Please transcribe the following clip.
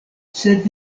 sed